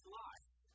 life